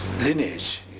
lineage